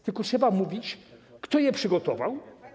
Tylko trzeba mówić o tym, kto je przygotował.